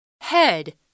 Head